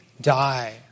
die